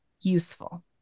useful